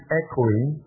echoing